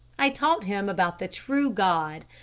i taught him about the true god.